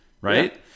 Right